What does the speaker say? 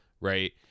right